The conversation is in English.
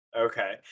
Okay